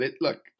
look